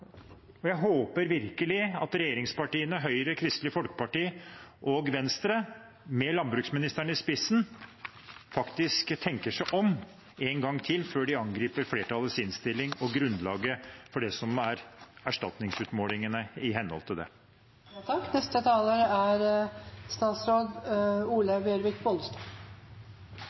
og jeg håper virkelig at regjeringspartiene – Høyre, Kristelig Folkeparti og Venstre, med landbruksministeren i spissen – tenker seg om en gang til før de angriper flertallets innstilling og grunnlaget for det som er erstatningsutmålingene i henhold til det.